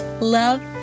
Love